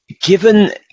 Given